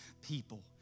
people